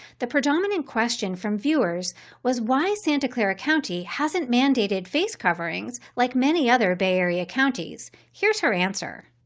the predominant question from viewers was why santa clara county hasn't mandated face coverings like many other bay area counties. here's her answer.